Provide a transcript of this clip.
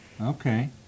Okay